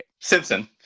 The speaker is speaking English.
Simpson